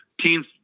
teams